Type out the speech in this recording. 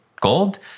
gold